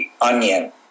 onion